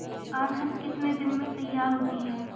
अरहर कितनी दिन में तैयार होती है?